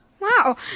Wow